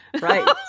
Right